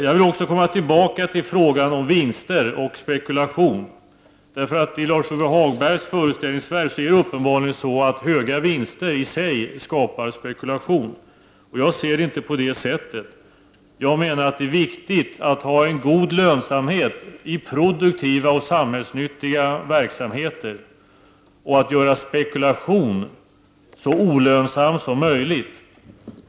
Jag vill också komma tillbaka till frågan om vinster och spekulation. I Lars-Ove Hagbergs föreställningsvärld är det uppenbarligen så att höga vinster i sig skapar spekulation. Jag ser det inte på det sättet. Jag menar att det är viktigt att ha en god lönsamhet i produktiva och samhällsnyttiga verksamheter och att göra spekulation så olönsam som möjligt.